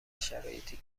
شرایطی